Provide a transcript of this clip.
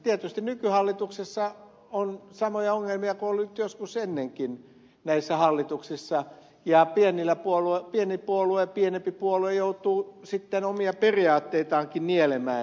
tietysti nykyhallituksessa on samoja ongelmia kuin on ollut joskus ennenkin näissä hallituksissa ja pienempi puolue joutuu sitten omia periaatteitaankin nielemään